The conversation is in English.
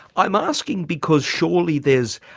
i'm asking because surely there's,